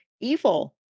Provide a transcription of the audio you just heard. evil